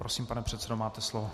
Prosím, pane předsedo, máte slovo.